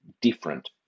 different